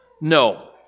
no